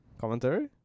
Commentary